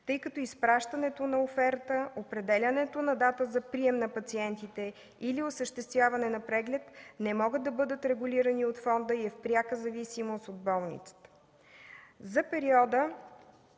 тъй като изпращането на оферта, определянето на дата за прием на пациентите или осъществяване на преглед не могат да бъдат регулирани от фонда и са в пряка зависимост от болницата. За периода